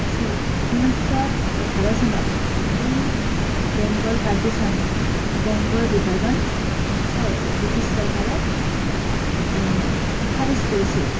ও sorry ঊনৈছশ এঘাৰ চনত এই বেংগল পাৰ্টিশ্যন বংগৰ বিভাজন চ ব্ৰিটিছ চৰকাৰে খাৰিছ কৰিছিল